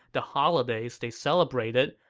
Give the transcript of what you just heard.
the holidays they celebrated,